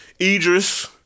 Idris